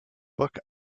book